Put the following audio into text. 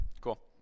Cool